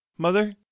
Mother